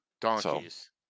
Donkeys